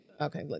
okay